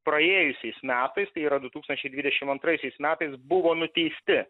praėjusiais metais tai yra du tūkstančiai dvidešim antraisiais metais buvo nuteisti